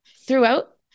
throughout